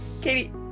Katie